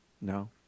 No